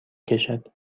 کشد